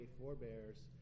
forebears